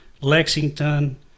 Lexington